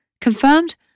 confirmed